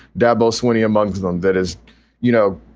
dabo swinney amongst them, that, as you know,